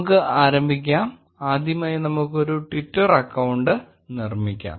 നമുക്ക് ആരംഭിക്കാം ആദ്യമായി നമുക്ക് ഒരു ട്വിറ്റർ അക്കൌണ്ട് നിർമിക്കാം